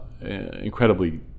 incredibly